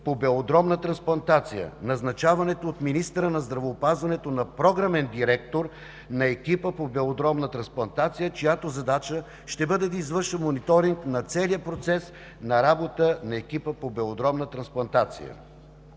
по белодробна трансплантация, назначаването от министъра на здравеопазването на програмен директор на екипа по белодробна трансплантация, чиято задача ще бъде да извърши мониторинг на целия процес на работа на екипа по белодробна трансплантация.